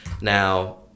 Now